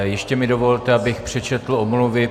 Ještě mi dovolte, abych přečetl omluvy.